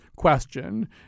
question